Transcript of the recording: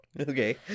Okay